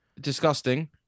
disgusting